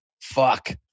fuck